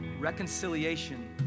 reconciliation